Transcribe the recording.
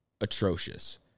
atrocious